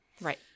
Right